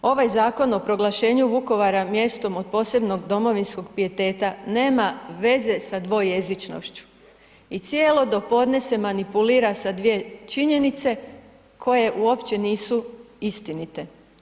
Ovaj zakon o proglašenju Vukovara mjestom od posebnog domovinskog pijeteta nema veze sa dvojezičnošću i cijelo do podne se manipulira sa dvije činjenice koje uopće nisu istinite.